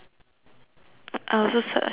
I also search circle ah